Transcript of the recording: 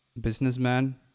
businessman